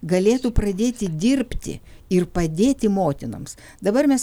galėtų pradėti dirbti ir padėti motinoms dabar mes